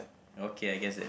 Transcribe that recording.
okay I guess that